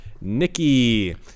Nikki